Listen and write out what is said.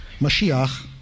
Mashiach